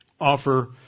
offer